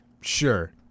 Sure